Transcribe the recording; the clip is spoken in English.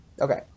Okay